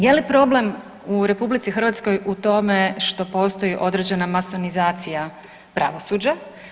Je li problem u RH u tome što postoji određena masonizacija pravosuđa?